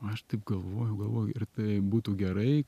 o aš taip galvojau galvojau ir tai būtų gerai